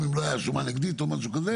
אם לא הייתה שומה נגדית או משהו כזה.